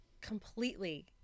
completely